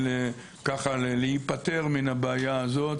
להיפטר מהבעיה הזו.